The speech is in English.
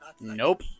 Nope